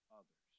others